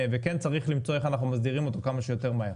צריך למצוא איך אנחנו מסדירים אותו כמה שיותר מהר.